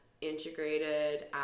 integrated